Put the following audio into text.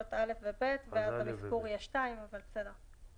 ואז המספור יהיה 2 ו-3.